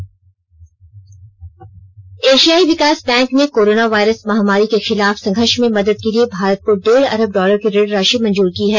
ऋ एशियाई विकास बैंक ने कोरोना वायरस महामारी के खिलाफ संघर्ष में मदद के लिए भारत को डेढ़ अरब डॉलर की ऋण राशि मंजूर की है